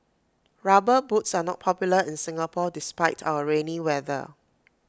rubber boots are not popular in Singapore despite our rainy weather